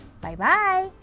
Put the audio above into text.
Bye-bye